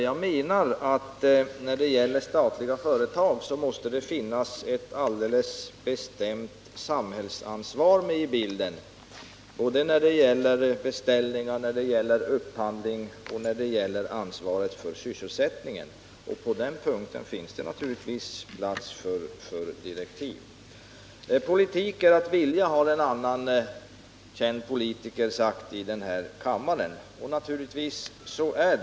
Vad jag anser är att statliga företag måste ha ett alldeles bestämt samhällsansvar när det gäller beställningar, upphandling och ansvar för sysselsättningen. I det avseendet finns det naturligtvis plats för direktiv. Politik är att vilja, har en känd politiker sagt här i kammaren. Och naturligtvis är det så!